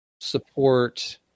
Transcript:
support